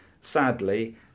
sadly